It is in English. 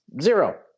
zero